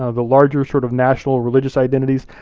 ah the larger, sort of national, religious identities,